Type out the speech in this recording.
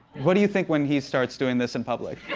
what do you think when he starts doing this in public?